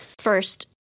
first